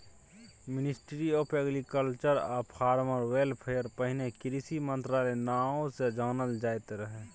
ministry of agriculture आ farmer welfare पहिने कृषि मंत्रालय नाओ सँ जानल जाइत रहय